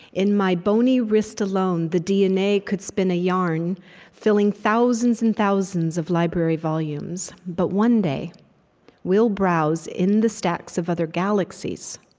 in my bony wrist alone, the dna could spin a yarn filling thousands and thousands of library volumes. but one day we'll browse in the stacks of other galaxies.